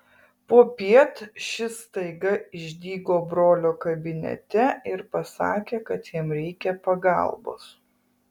popiet šis staiga išdygo brolio kabinete ir pasakė kad jam reikia pagalbos